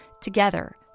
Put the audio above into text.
Together